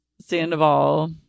Sandoval